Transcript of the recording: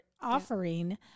offering